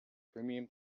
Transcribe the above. premium